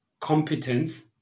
competence